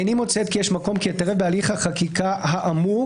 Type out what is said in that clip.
איני מוצאת כי יש מקום כי אתערב בהליך החקיקה האמור.